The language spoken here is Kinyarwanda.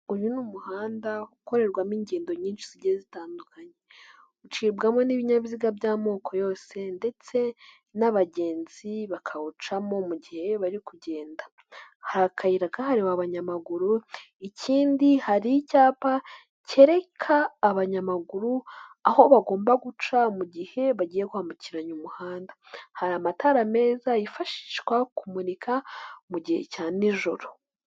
Uyu ni umuhanda ukorerwamo ingendo nyinshi zigiye zitandukanye ,ucibwamo n'ibinyabiziga by'amoko yose ndetse n'abagenzi bakawucamo mu gihe bari kugenda, hari akayira kahariwe abanyamaguru ikindi hari icyapa kereka abanyamaguru aho bagomba guca mu gihe bagiye kwambukiranya umuhanda, hari amatara meza yifashishwa kumurika mu gihe cya nijoro.